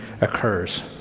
occurs